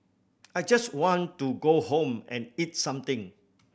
I just want to go home and eat something